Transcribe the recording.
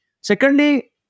Secondly